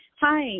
Hi